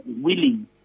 willing